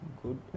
good